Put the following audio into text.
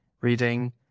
reading